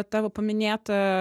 tavo paminėtą